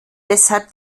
deshalb